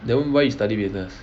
then why you study business